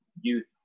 youth